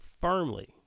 firmly